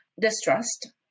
distrust